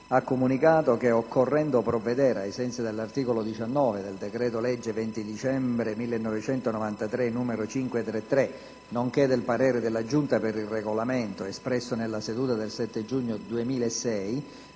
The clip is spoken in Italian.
ha comunicato che, occorrendo provvedere, ai sensi dell'articolo 19 del decreto legislativo 20 dicembre 1993, n. 533, nonché del parere della Giunta per il Regolamento espresso nella seduta del 7 giugno 2006,